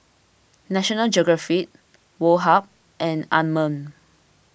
National Geographic Woh Hup and Anmum